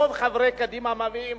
רוב מה שחברי קדימה מביאים,